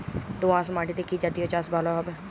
দোয়াশ মাটিতে কি জাতীয় চাষ ভালো হবে?